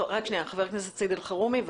חבר הכנסת סעיד אלחרומי.